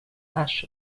ash